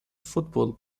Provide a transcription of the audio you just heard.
football